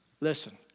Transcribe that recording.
listen